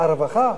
הרווחה?